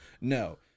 No